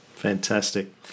Fantastic